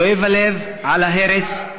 כואב הלב על ההרס,